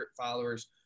followers